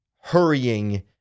hurrying